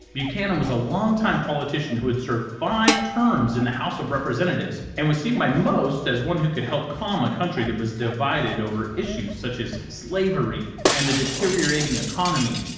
buchanan was a longtime politician who had served five terms in the house of representatives and was seen by most as one who could help calm a country that was divided over issues such as slavery and the deteriorating economy.